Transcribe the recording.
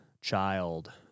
child